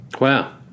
Wow